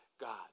God